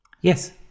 Yes